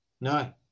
No